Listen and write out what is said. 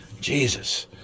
Jesus